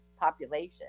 population